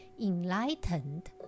enlightened